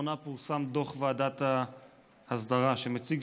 לאחרונה פורסם דוח ועדת ההסדרה שמציג